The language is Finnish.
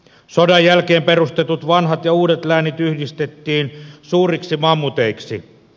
sodan jälkeen perustetut vanhat ja uudet läänit yhdistettiin suuriksi mammuteiksi